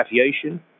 aviation